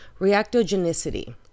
reactogenicity